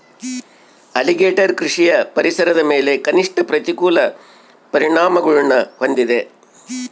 alligator ಕೃಷಿಯು ಪರಿಸರದ ಮೇಲೆ ಕನಿಷ್ಠ ಪ್ರತಿಕೂಲ ಪರಿಣಾಮಗುಳ್ನ ಹೊಂದಿದೆ